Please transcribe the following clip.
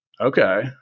Okay